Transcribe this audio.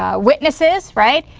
ah witnesses, right.